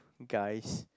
guys